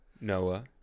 Noah